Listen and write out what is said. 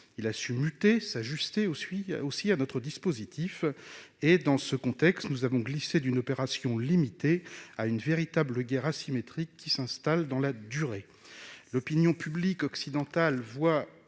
Il a su muter et s'ajuster à notre dispositif. Dans ce contexte, nous avons glissé d'une opération limitée à une véritable guerre asymétrique, qui s'installe dans la durée. L'opinion publique occidentale voit